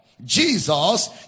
Jesus